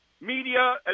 media